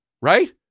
right